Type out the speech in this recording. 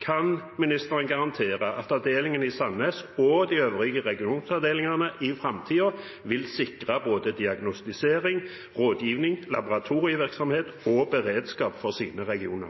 Kan hun garantere at avdelingen i Sandnes og de øvrige regionavdelingene i framtiden vil sikre både diagnostisering, rådgivning, laboratorievirksomhet og beredskap i sine regioner?